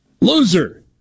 Loser